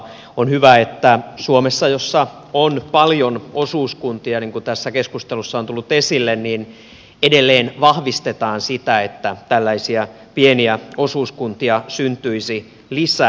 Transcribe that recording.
on hyvä että suomessa jossa on paljon osuuskuntia niin kuin tässä keskustelussa on tullut esille edelleen vahvistetaan sitä että tällaisia pieniä osuuskuntia syntyisi lisää